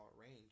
range